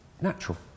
natural